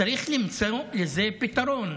צריך למצוא לזה פתרון,